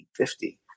1950